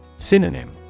Synonym